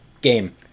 game